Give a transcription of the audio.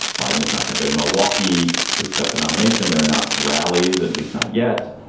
biden is not going to go to milwaukee to accept the nomination. there are not rallies, at least not yet.